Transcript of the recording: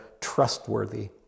trustworthy